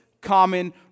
common